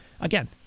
again